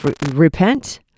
repent